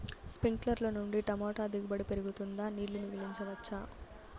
స్ప్రింక్లర్లు నుండి టమోటా దిగుబడి పెరుగుతుందా? నీళ్లు మిగిలించవచ్చా?